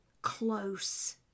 close